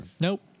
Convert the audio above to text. Nope